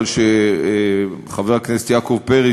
אבל חבר הכנסת יעקב פרי,